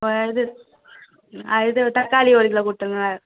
ஆ இது ஆ இது தக்காளி ஒரு கிலோ கொடுத்துருங்க